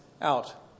out